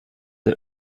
der